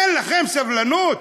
אין לכם סבלנות?